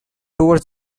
toward